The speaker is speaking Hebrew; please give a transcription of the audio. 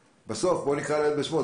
בואו נקרא לילד בשמו,